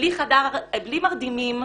בלי מרדימים.